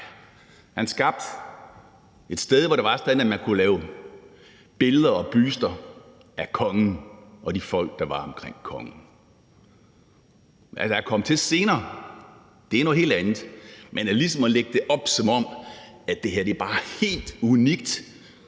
han skabte et sted, hvor det var sådan, at man kunne lave billeder og buster af kongen og de folk, der var omkring kongen. Hvad der er kommet til senere, er noget helt andet, men man lægger det ligesom op, som om det her bare er helt unikt!